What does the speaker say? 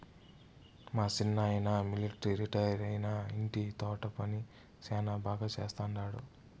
మా సిన్నాయన మిలట్రీ రిటైరైనా ఇంటి తోట పని శానా బాగా చేస్తండాడు